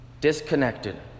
disconnected